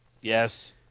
Yes